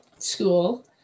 school